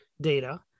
data